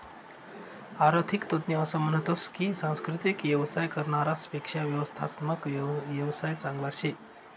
आरर्थिक तज्ञ असं म्हनतस की सांस्कृतिक येवसाय करनारास पेक्शा व्यवस्थात्मक येवसाय चांगला शे